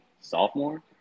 sophomore